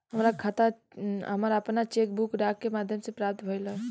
हमरा आपन cheque book डाक के माध्यम से प्राप्त भइल ह